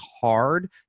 hard